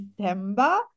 December